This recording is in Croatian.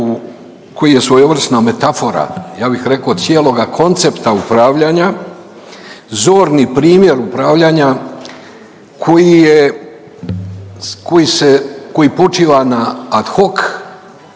koji je svojevrsna metafora ja bih rekao cijeloga koncepta upravljanja, zorni primjer upravljanja koji je, koji počiva na ad hoc